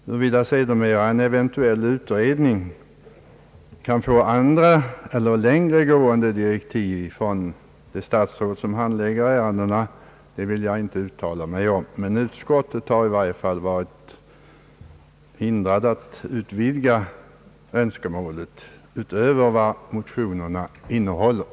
Huruvida sedermera en eventuell utredning kan få andra eller längre gående direktiv från det statsråd som handlägger ärendet, vill jag inte uttala mig om. Utskottet har i alla fall varit förhindrat att utvidga önskemålet utöver vad motionerna innehåller.